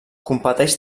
competeix